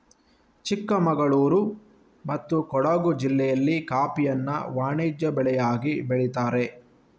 ಚಿಕ್ಕಮಗಳೂರು ಮತ್ತೆ ಕೊಡುಗು ಜಿಲ್ಲೆಯಲ್ಲಿ ಕಾಫಿಯನ್ನ ವಾಣಿಜ್ಯ ಬೆಳೆಯಾಗಿ ಬೆಳೀತಾರೆ